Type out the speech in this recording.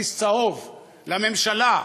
כרטיס צהוב לממשלה,